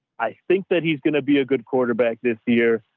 i think that he's going to be a good quarterback this year,